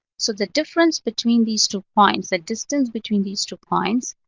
so the difference between these two points, the distance between these two points,